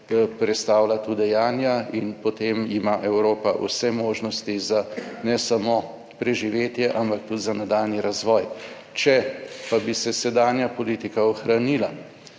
prestavljati v dejanja in potem ima Evropa vse možnosti za ne samo preživetje, ampak tudi za nadaljnji razvoj. Če pa bi se sedanja politika ohranila,